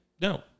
no